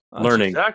Learning